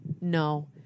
No